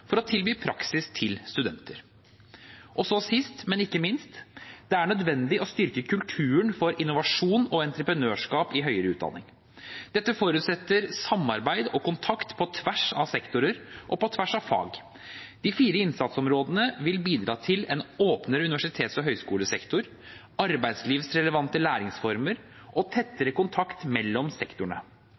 for å tilby praksis til studenter. Og så sist, men ikke minst: Det er nødvendig å styrke kulturen for innovasjon og entreprenørskap i høyere utdanning. Dette forutsetter samarbeid og kontakt på tvers av sektorer og på tvers av fag. De fire innsatsområdene vil bidra til en åpnere universitets - og høyskolesektor, arbeidslivsrelevante læringsformer og tettere kontakt mellom sektorene.